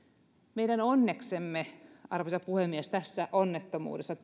meidän onneksemme arvoisa puhemies tässä onnettomuudessa